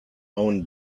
own